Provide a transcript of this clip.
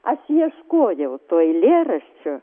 aš ieškojau to eilėraščio